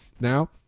Now